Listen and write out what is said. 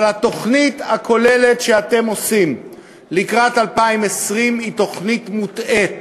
אבל התוכנית הכוללת שאתם עושים לקראת 2020 היא תוכנית מוטעית,